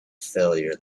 failure